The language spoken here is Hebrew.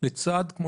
לצד זה,